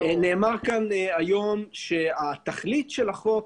נאמר כאן היום שתכלית החוק